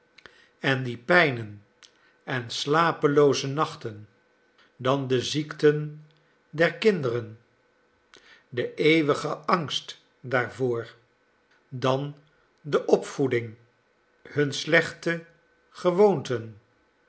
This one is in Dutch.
en die pijnen en slapelooze nachten dan de ziekten der kinderen de eeuwige angst daarvoor dan de opvoeding hun slechte gewoonten